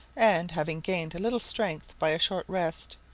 and, having gained a little strength by a short rest,